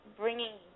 bringing